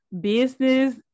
business